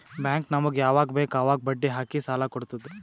bank ನಮುಗ್ ಯವಾಗ್ ಬೇಕ್ ಅವಾಗ್ ಬಡ್ಡಿ ಹಾಕಿ ಸಾಲ ಕೊಡ್ತುದ್